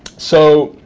so